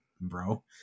bro